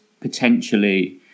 potentially